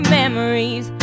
memories